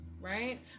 Right